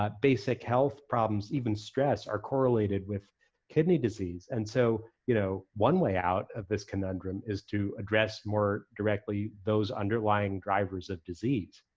but basic health problems, even stress are correlated with kidney disease. and so, you know one way out of this conundrum is to address more directly those underlying drivers of disease.